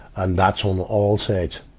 and that's on all sides.